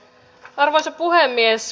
arvoisa puhemies